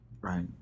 Right